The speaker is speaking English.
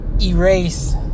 erase